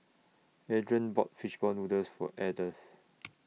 Adrain bought Fish Ball Noodles For Ardeth